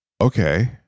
Okay